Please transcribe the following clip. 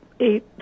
Eight